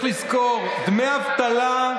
צריך לזכור: דמי אבטלה,